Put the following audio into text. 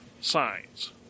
signs